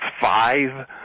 five